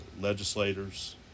legislators